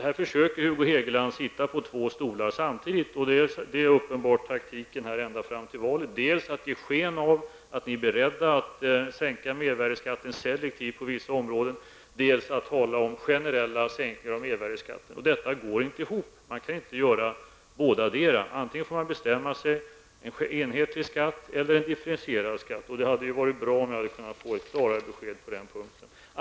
Här försöker Hugo Hegeland sitta på två stolar samtidigt, och detta är uppenbart taktiken ända fram till valet. Det gäller dels att ge sken av att ni är beredda att sänka mervärdeskatten selektivt på vissa områden, dels att tala om generella sänkningar av mervärdeskatten. Detta går inte ihop. Man kan inte göra bådadera. Antingen får man bestämma sig för en enhetlig skatt eller för en differentierad skatt. Det hade varit bra om jag hade kunnat få ett klarare besked på den punkten.